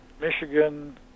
Michigan